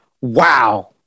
Wow